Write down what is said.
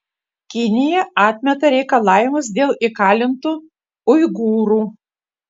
kinija atmeta reikalavimus dėl įkalintų uigūrų